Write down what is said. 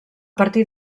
partir